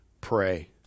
pray